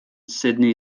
sydney